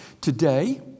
Today